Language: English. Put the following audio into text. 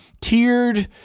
tiered